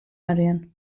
არიან